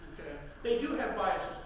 they do have biases.